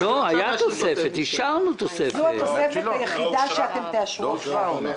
זו התוספת היחידה שתאשרו עכשיו.